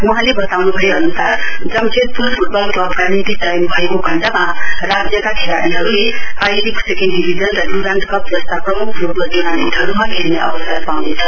वहाँले बताउनु भए अनुसार जमशेदपुर फुटबल क्लबका निम्ति चयन भएको खण्डमा राज्यका खेलाड़ीहरूले आई लीग सेकेण्ड डिभिजन र डुरान्ड कर जस्ता प्रम्ख फ्टबल ट्र्नामेण्टहरूमा खेल्ने अवसर पाउने छन्